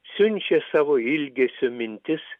siunčia savo ilgesio mintis